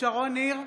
שרון ניר,